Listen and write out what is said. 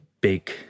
big